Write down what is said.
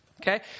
okay